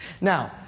Now